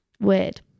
weird